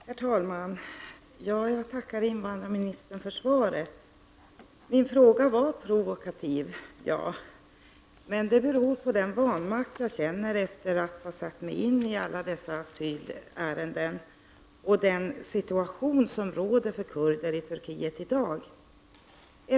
Herr talman! Jag tackar invandrarministern för svaret. Min fråga var provokativ, men det beror på den vanmakt jag känner efter att ha satt mig in i alla dessa asylärenden och den situation som råder för kurder i Turkiet i dag.